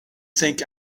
think